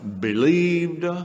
believed